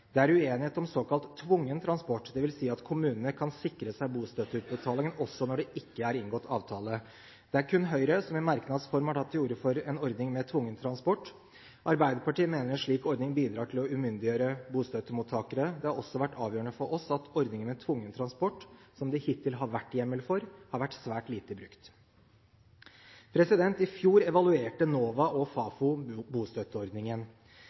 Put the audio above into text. Det er uenighet om såkalt tvungen transport, dvs. at kommunene kan sikre seg bostøtteutbetalingen også når det ikke er inngått avtale. Det er kun Høyre som i merknads form tar til orde for en ordning med tvungen transport. Arbeiderpartiet mener en slik ordning bidrar til å umyndiggjøre bostøttemottakere. Det har også vært avgjørende for oss at ordningen med tvungen transport, som det hittil har vært hjemmel for, har vært svært lite brukt. I fjor evaluerte NOVA og Fafo bostøtteordningen.